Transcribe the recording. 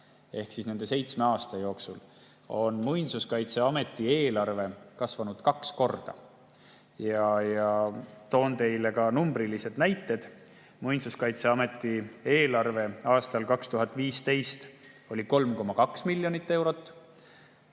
ehk nende seitsme aasta jooksul on Muinsuskaitseameti eelarve kasvanud kaks korda. Ma toon teile numbrilised näited. Muinsuskaitseameti eelarve aastal 2015 oli 3,2 miljonit eurot,